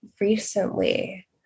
recently